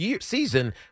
season